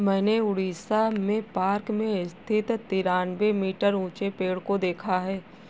मैंने उड़ीसा में पार्क में स्थित तिरानवे मीटर ऊंचे पेड़ को देखा है